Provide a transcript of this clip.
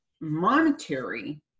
monetary